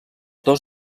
dos